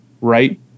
right